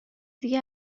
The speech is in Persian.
دیگه